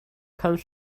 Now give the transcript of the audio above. comes